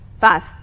Five